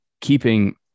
keeping